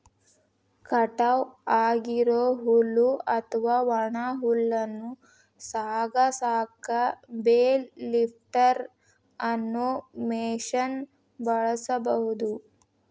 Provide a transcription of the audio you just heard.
ಕಟಾವ್ ಆಗಿರೋ ಹುಲ್ಲು ಅತ್ವಾ ಒಣ ಹುಲ್ಲನ್ನ ಸಾಗಸಾಕ ಬೇಲ್ ಲಿಫ್ಟರ್ ಅನ್ನೋ ಮಷೇನ್ ಬಳಸ್ಬಹುದು